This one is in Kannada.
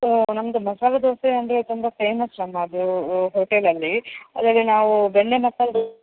ಸೊ ನಮ್ಮದು ಮಸಾಲೆ ದೋಸೆ ಅಂದರೆ ತುಂಬ ಫೇಮಸ್ ನಮ್ಮದು ಹೋ ಹೋಟೆಲಲ್ಲಿ ಅದರಲ್ಲಿ ನಾವು ಬೆಣ್ಣೆ ಮಸಾಲೆ